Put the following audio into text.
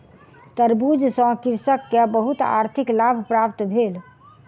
तरबूज सॅ कृषक के बहुत आर्थिक लाभ प्राप्त भेल